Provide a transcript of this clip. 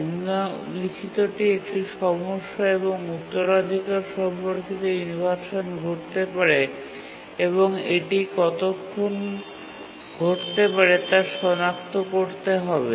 নিম্নলিখিতটি একটি সমস্যা এবং উত্তরাধিকার সম্পর্কিত ইনভারসান ঘটতে পারে এবং এটি কতক্ষণ ঘটতে পারে তা সনাক্ত করতে হবে